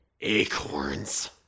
acorns